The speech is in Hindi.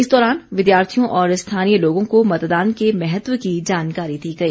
इस दौरान विद्यार्थियों और स्थानीय लोगों को मतदान के महत्व की जानकारी दी गई